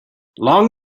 long